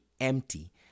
empty